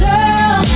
Girl